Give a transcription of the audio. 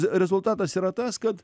rezultatas yra tas kad